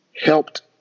helped